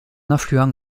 affluent